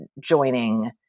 joining